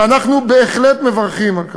ואנחנו בהחלט מברכים על כך.